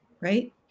right